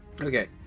okay